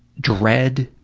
dread,